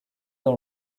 dans